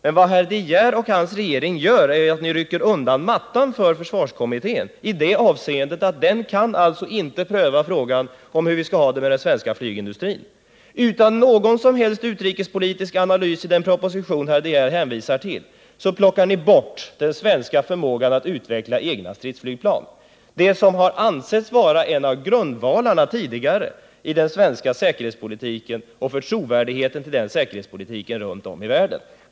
Men vad herr De Geer och hans regering gör är ju att rycka undan mattan för försvarskommittén. Den kan inte pröva frågan om hur vi skall ha det med den svenska flygindustrin. Utan någon som helst utrikespolitisk analys i den proposition som herr De Geer hänvisar till plockar ni bort den svenska förmågan att utveckla egna stridsflygplan, vilket har ansetts vara en av grundvalarna tidigare i den svenska säkerhetspolitiken och för trovärdigheten i säkerhetspolitiken runt om i världen.